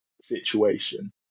situation